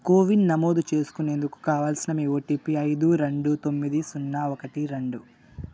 CoWIN నమోదు చేసుకునేందుకు కావలసిన మీ ఓటీపీ ఐదు రెండు తొమ్మిది సున్నా ఒకటి రెండు